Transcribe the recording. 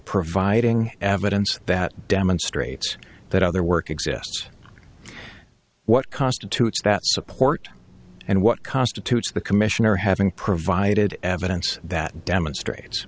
providing evidence that demonstrates that other work exists what constitutes that support and what constitutes the commissioner having provided evidence that demonstrates